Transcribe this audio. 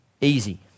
easy